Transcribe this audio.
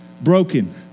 broken